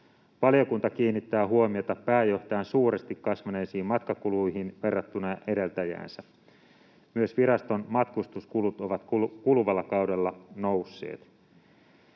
”Valiokunta kiinnittää huomiota pääjohtajan suuresti kasvaneisiin matkakuluihin verrattuna edeltäjäänsä. Myös viraston matkustuskulut ovat kuluvalla kaudella nousseet.”